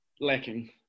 lacking